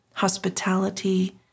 Hospitality